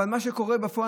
אבל מה שקורה בפועל,